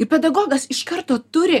ir pedagogas iš karto turi